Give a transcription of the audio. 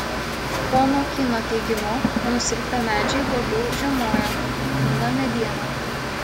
pono kyno teigimu nusilpę medžiai blogiau žiemoja pūna mediena